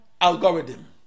algorithm